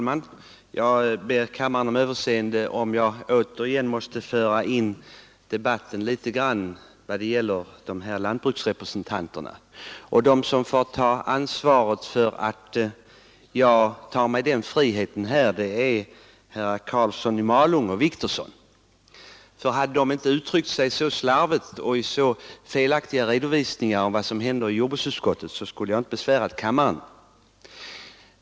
Herr talman! Jag ber kammaren om överseende för att jag återigen måste föra in debatten på ärendet angående lantbruksrepresentanterna. De som får bära ansvaret för att jag tar mig den friheten är herrar Karlsson i Malung och Wictorsson. Hade de inte uttryckt sig så slarvigt och lämnat så felaktiga redovisningar av vad som hände i jordbruksutskottet, så skulle jag inte ha besvärat kammaren.